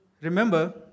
remember